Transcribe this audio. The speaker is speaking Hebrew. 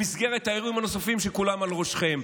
במסגרת האירועים הנוספים, שכולם על ראשכם.